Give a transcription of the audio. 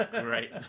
great